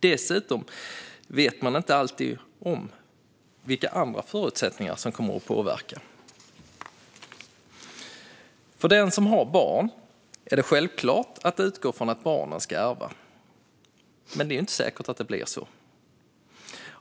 Dessutom vet de inte alltid om vilka andra förutsättningar som påverkar. För den som har barn är det självklart att utgå från att barnen ska ärva, men det är ju inte säkert att det blir så.